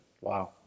Wow